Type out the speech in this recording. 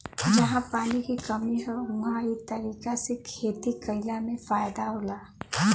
जहां पानी के कमी हौ उहां इ तरीका से खेती कइला में फायदा होला